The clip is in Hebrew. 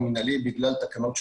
אז שיבדוק, מה הבעיה?